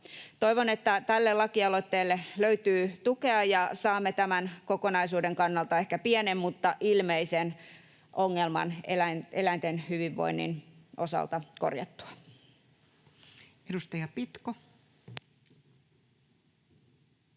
Toivon, että tälle lakialoitteelle löytyy tukea ja saamme tämän kokonaisuuden kannalta ehkä pienen mutta ilmeisen ongelman eläinten hyvinvoinnin osalta korjattua. [Speech 187]